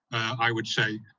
i would say.